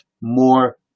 more